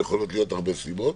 ויכולות להיות הרבה סיבות,